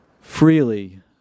freely